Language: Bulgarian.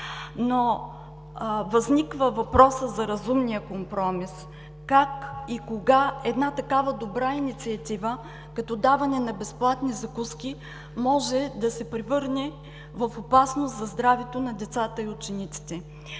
Възниква въпросът за разумния компромис как и кога една такава добра инициатива – даване на безплатни закуски, може да се превърне в опасност за здравето на децата и учениците.